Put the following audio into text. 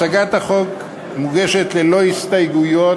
הצעת החוק מוגשת ללא הסתייגויות,